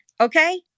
okay